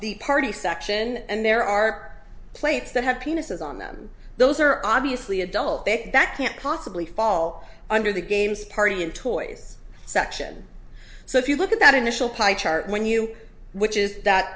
the party section and there are plates that have penises on them those are obviously adult that can't possibly fall under the game's party and toys section so if you look at that initial pie chart when you which is that